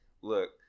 look